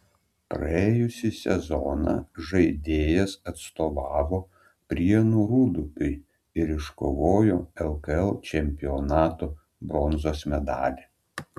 praėjusį sezoną žaidėjas atstovavo prienų rūdupiui ir iškovojo lkl čempionato bronzos medalį